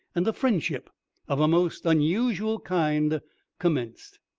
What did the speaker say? and a friendship of a most unusual kind commenced.